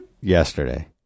Yesterday